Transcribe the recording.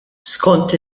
skont